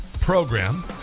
program